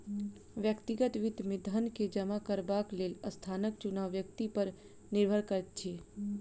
व्यक्तिगत वित्त मे धन के जमा करबाक लेल स्थानक चुनाव व्यक्ति पर निर्भर करैत अछि